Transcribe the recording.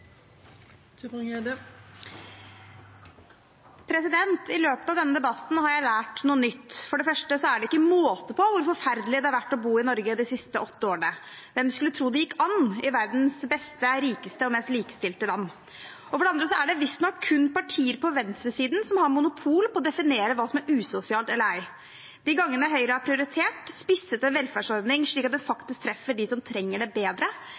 første er det ikke måte på hvor forferdelig det har vært å bo i Norge de siste åtte årene. Hvem skulle tro det gikk an i verdens beste, rikeste og mest likestilte land? For det andre er det visstnok kun partier på venstresiden som har monopol på å definere hva som er usosialt eller ei. De gangene Høyre har prioritert spissede velferdsordninger, slik at de faktisk treffer dem som trenger det, bedre,